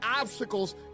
obstacles